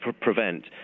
prevent